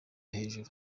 hejuru